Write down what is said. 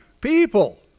people